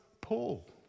Paul